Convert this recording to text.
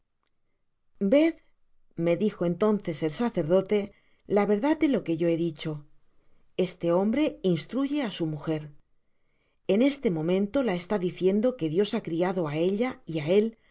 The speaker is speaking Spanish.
ved me dijo entonces el sacerdote ta verdad de lo que yo he dicho este hombre instruye ásu mujer ea este momento la está diciendo que dios ha criado á ella y á él